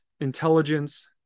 intelligence